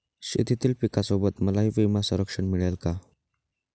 शेतीतील पिकासोबत मलाही विमा संरक्षण मिळेल का?